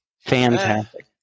Fantastic